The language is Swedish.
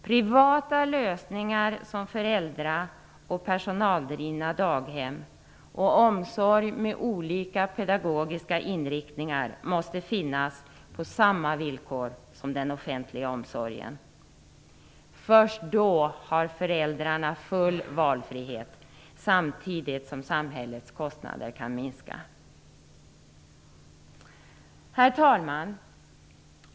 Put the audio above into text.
Privata lösningar, som föräldra och personaldrivna daghem och omsorg med olika pedagogiska inriktningar, måste finnas på samma villkor som den offentliga omsorgen. Först då har föräldrarna full valfrihet samtidigt som samhällets kostnader kan minska. Herr talman!